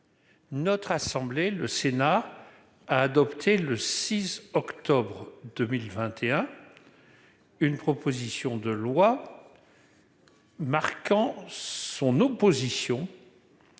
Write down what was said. notre assemblée, le Sénat a adopté le 6 octobre 2021, une proposition de loi marquant son opposition